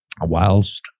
whilst